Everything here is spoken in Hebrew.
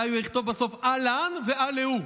אולי הוא יכתוב בסוף: הא לן והא להו,